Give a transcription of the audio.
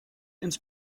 ins